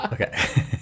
Okay